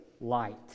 light